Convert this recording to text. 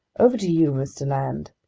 over to you, mr. land.